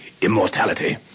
immortality